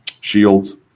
Shields